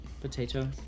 Potato